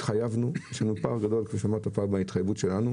התחייבנו ויש לנו פער גדול בהתחייבות שלנו